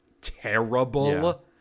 terrible